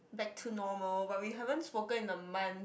back to normal but we haven't spoken in a month